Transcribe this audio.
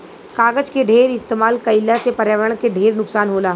कागज के ढेर इस्तमाल कईला से पर्यावरण के ढेर नुकसान होला